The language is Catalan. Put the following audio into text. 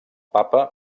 papa